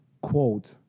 quote